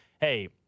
Hey